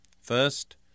First